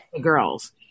girls